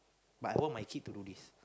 but I want my kid to do this